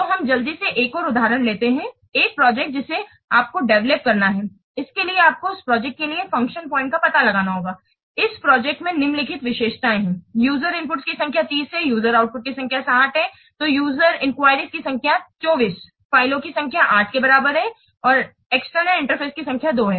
तो हम जल्दी से एक और उदाहरण लेते हैं एक प्रोजेक्ट जिसे आपको डेवेलोप करना है इसके लिए आपको उस प्रोजेक्ट के लिए फ़ंक्शन पॉइंट का पता लगाना होगा इस प्रोजेक्ट में निम्नलिखित विशेषताएं हैं यूजरस इनपुटों की संख्या 30 है यूजरस आउटपुट की संख्या 60 है तो यूजरस एनक्विरिएस की संख्या 24 फ़ाइलों की संख्या 8 के बराबर है और एक्सटर्नल इंटरफेस की संख्या 2 है